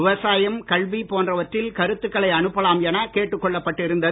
விவசாயம் கல்வி போன்றவற்றில் கருத்துக்களை அனுப்பலாம் என கேட்டுக் கொள்ளப்பட்டிருந்தது